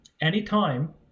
Anytime